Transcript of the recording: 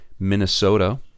Minnesota